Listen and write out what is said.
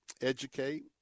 educate